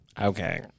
Okay